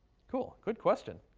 cool. good question.